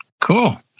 Cool